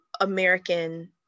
American